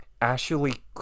ashley